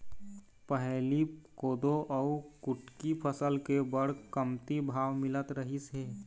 पहिली कोदो अउ कुटकी फसल के बड़ कमती भाव मिलत रहिस हे